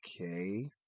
Okay